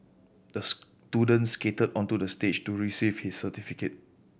the student skated onto the stage to receive his certificate